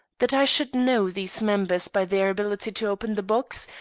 that i should know these members by their ability to open the box,